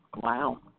Wow